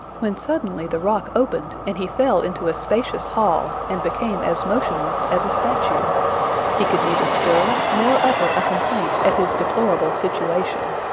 when suddenly the rock opened and he fell into a spacious hall, and became as motionless as a statue he could neither stir, nor utter a complaint at his deplorable situation.